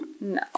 No